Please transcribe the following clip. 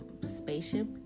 spaceship